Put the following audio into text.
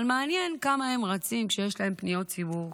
אבל מעניין כמה הם רצים כשיש להם פניות ציבור,